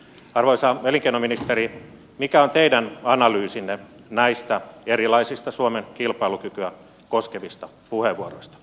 arvoisa elinkeinoministeri mikä on teidän analyysinne näistä erilaisista suomen kilpailukykyä koskevista puheenvuoroista